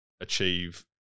achieve